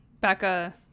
Becca